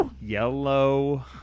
Yellow